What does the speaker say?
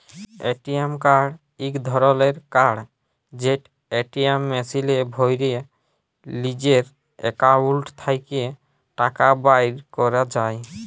ATM card ইক ধরলের card যেট এটিএম মেশিলে ভ্যরে লিজের একাউল্ট থ্যাকে টাকা বাইর ক্যরা যায়